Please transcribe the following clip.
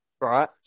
right